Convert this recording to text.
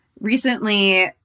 recently